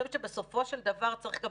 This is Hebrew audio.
בסופו של דבר צריך גם